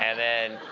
and then,